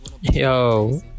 yo